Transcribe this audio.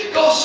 go